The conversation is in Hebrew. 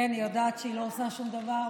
היא יודעת שהיא לא עושה שום דבר,